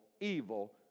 evil